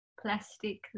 plastic